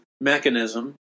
mechanism